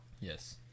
Yes